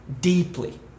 deeply